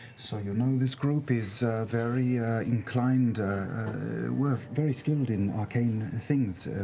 so you know this group is very inclined we're very skilled in arcane things.